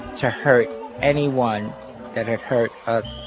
to hurt anyone that had hurt us